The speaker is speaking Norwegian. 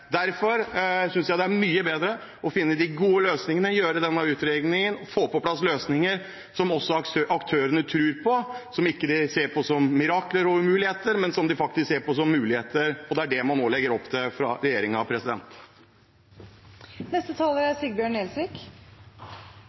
Derfor synes jeg det er mye bedre å finne de gode løsningene, gjøre denne utredningen og få på plass løsninger som også aktørene tror på, som de ikke ser på som mirakler og umuligheter, men faktisk ser på som muligheter. Det er det man nå legger opp til fra regjeringens side. Representanten Sigbjørn Gjelsvik